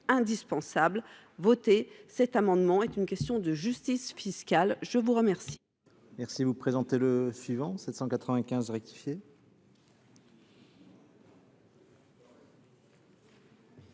indispensables. Voter cet amendement est une question de justice fiscale. L’amendement